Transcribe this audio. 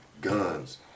Guns